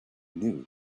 knew